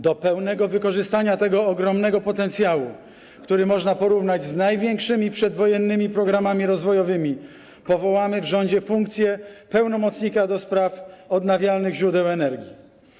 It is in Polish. Do pełnego wykorzystania tego ogromnego potencjału, który można porównać z największymi przedwojennymi programami rozwojowymi, powołamy w rządzie funkcję pełnomocnika do spraw odnawialnych źródeł energii.